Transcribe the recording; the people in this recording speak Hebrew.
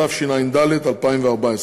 התשע"ד 2014: